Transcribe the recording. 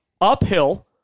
uphill